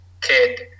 kid